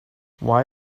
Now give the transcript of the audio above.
why